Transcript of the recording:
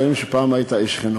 רואים שפעם היית איש חינוך.